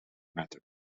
matters